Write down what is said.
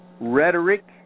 rhetoric